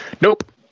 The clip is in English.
Nope